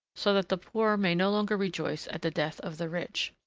so that the poor may no longer rejoice at the death of the rich.